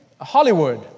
Hollywood